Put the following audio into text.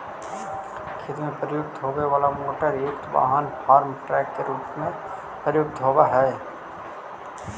खेत में प्रयुक्त होवे वाला मोटरयुक्त वाहन फार्म ट्रक के रूप में प्रयुक्त होवऽ हई